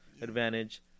advantage